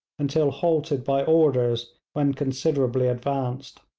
until halted by orders when considerably advanced.